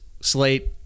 slate